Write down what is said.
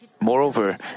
Moreover